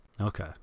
okay